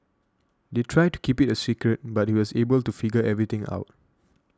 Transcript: they tried to keep it a secret but he was able to figure everything out